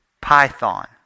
Python